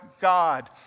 God